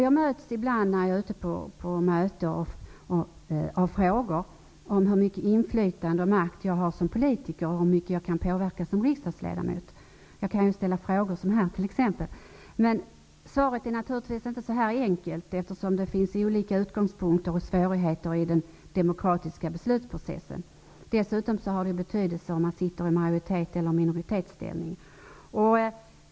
Jag möts ibland när jag är ute på möten av frågor om hur mycket inflytande och makt jag har som politiker och hur mycket jag kan påverka som riksdagsledamot. Jag kan ställa frågor, som här t.ex. Men svaret är naturligtvis inte så enkelt, eftersom det finns olika utgångspunkter och svårigheter i den demokratiska beslutsprocessen. Dessutom har det betydelse om man sitter i majoritets eller minoritetsställning.